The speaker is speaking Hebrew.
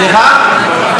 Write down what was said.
סליחה?